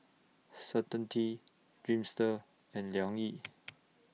Certainty Dreamster and Liang Yi